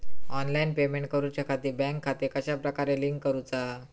Online payment करुच्याखाती bank खाते कश्या प्रकारे लिंक करुचा?